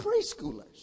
Preschoolers